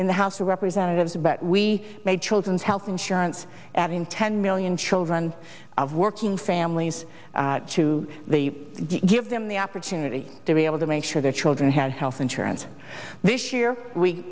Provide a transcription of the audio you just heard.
in the house of representatives but we made children's health insurance adding ten million children of working families to the give them the opportunity to be able to make sure their children had health insurance this year we